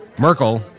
Merkel